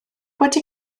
wedi